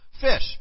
Fish